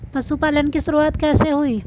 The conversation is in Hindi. पशुपालन की शुरुआत कैसे हुई?